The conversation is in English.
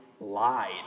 lied